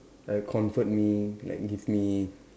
like comfort me like give me